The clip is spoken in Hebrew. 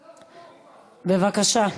בבקשה,